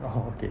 orh okay